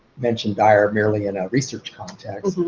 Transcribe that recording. mention dyar merely in a research context.